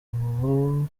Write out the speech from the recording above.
ubu